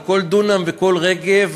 על כל דונם וכל רגב,